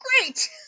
Great